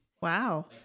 Wow